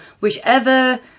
whichever